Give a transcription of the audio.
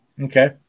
okay